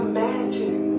Imagine